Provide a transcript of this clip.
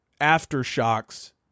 aftershocks